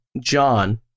John